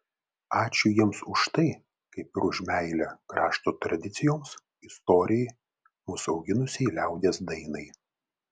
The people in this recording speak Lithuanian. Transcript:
ačiū jiems už tai kaip ir už meilę krašto tradicijoms istorijai mus auginusiai liaudies dainai